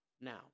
Now